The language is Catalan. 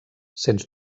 sens